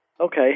Okay